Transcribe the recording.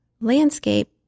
landscape